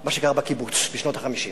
מה שקרה בקיבוץ בשנות ה-50.